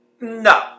No